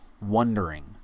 wondering